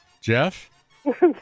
Jeff